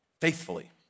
faithfully